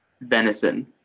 venison